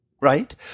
right